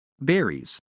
berries